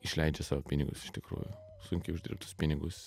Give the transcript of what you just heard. išleidžia savo pinigus iš tikrųjų sunkiai uždirbtus pinigus